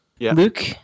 Luke